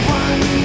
one